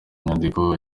nyandiko